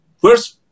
first